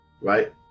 right